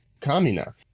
kamina